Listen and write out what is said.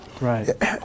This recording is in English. Right